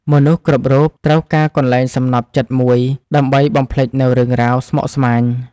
មនុស្សគ្រប់រូបត្រូវការកន្លែងសំណព្វចិត្តមួយ ដើម្បីបំភ្លេចនូវរឿងរ៉ាវស្មុគស្មាញ។